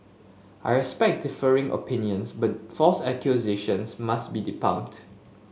I respect differing opinions but false accusations must be debunked